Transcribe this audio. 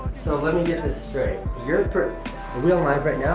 so let me get this straight, you're, are we on live right now?